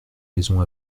maisons